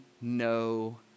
no